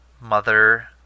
mother